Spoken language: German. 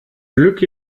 glück